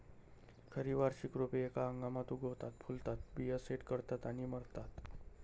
खरी वार्षिक रोपे एका हंगामात उगवतात, फुलतात, बिया सेट करतात आणि मरतात